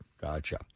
Gotcha